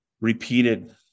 Repeated